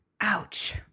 Ouch